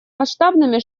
масштабными